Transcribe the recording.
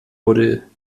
buddel